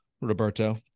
Roberto